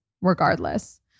regardless